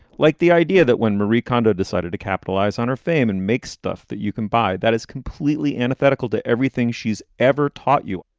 like the idea that when marie kondo decided to capitalize on her fame and make stuff that you can buy that is completely antithetical to everything she's ever taught you,